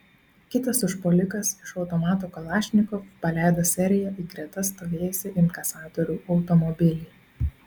kitas užpuolikas iš automato kalašnikov paleido seriją į greta stovėjusį inkasatorių automobilį